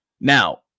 Now